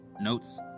Notes